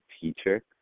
teacher